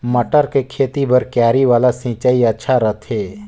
मटर के खेती बर क्यारी वाला सिंचाई अच्छा रथे?